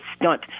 stunt